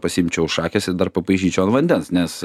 pasiimčiau šakes ir dar papaišyčiau ant vandens nes